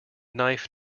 knife